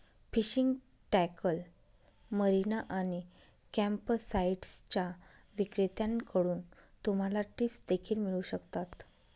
fishing tackle, marina आणि कॅम्पसाइट्सच्या विक्रेत्यांकडून तुम्हाला टिप्स देखील मिळू शकतात